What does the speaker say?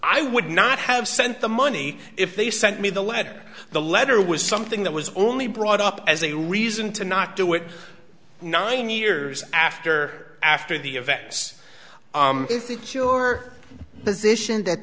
i would not have sent the money if they sent me the letter the letter was something that was only brought up as a reason to not do it nine years after after the events if your position that